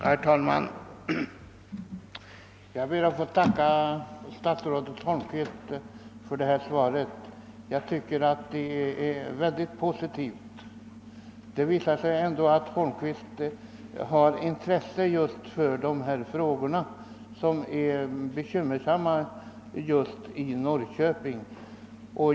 Herr talman! Jag ber att få tacka statsrådet Holmqvist för detta svar, som jag finner vara synnerligen positivt. Det visar att statsrådet verkligen intresserar sig för de problem det här gäller och som är mycket besvärliga just i Norrköping.